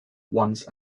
once